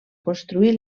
construir